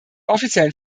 offiziellen